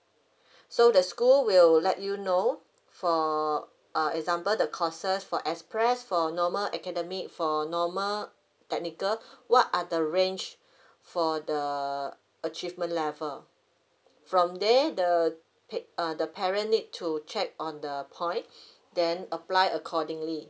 so the school will let you know for err example the courses for express for normal academic for normal technical what are the range for the achievement level from there the p~ err the parent need to check on the point then apply accordingly